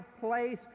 place